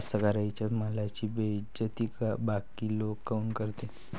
कास्तकाराइच्या मालाची बेइज्जती बाकी लोक काऊन करते?